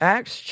Acts